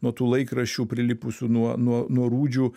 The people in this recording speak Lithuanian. nuo tų laikraščių prilipusių nuo nuo nuo rūdžių